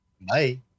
Bye